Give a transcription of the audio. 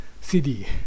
CD